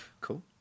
cool